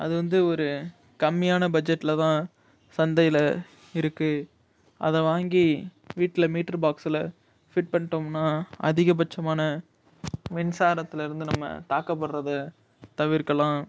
அது வந்து ஒரு கம்மியான பட்ஜட்டில தான் சந்தையில் இருக்கு அதை வாங்கி வீட்டில மீட்டர் பாக்ஸில் ஃபிட் பண்ணிவிட்டோம்னா அதிகபட்சமான மின்சாரத்துலருந்து நம்ம தாக்கப்படுறதை தவிர்க்கலாம்